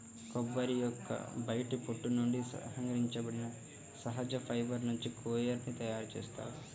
కొబ్బరి యొక్క బయటి పొట్టు నుండి సంగ్రహించబడిన సహజ ఫైబర్ నుంచి కోయిర్ ని తయారు చేస్తారు